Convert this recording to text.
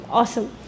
awesome